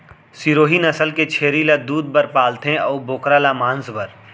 सिरोही नसल के छेरी ल दूद बर पालथें अउ बोकरा ल मांस बर